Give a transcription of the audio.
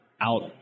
out